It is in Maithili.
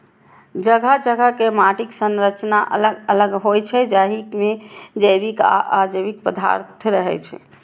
जगह जगह के माटिक संरचना अलग अलग होइ छै, जाहि मे जैविक आ अजैविक पदार्थ रहै छै